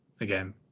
again